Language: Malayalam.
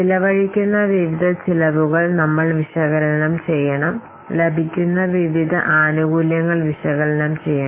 ചെലവഴിക്കുന്ന വിവിധ ചെലവുകൾ നമ്മൾ വിശകലനം ചെയ്യണം ലഭിക്കുന്ന വിവിധ ആനുകൂല്യങ്ങൾ വിശകലനം ചെയ്യണം